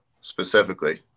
specifically